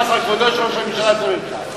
חס על כבודו של ראש הממשלה יותר ממך.